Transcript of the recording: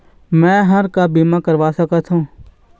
मैं हर का बीमा करवा सकत हो?